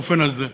באופן הזה.